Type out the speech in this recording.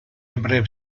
ebrei